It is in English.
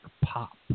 pop